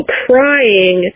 crying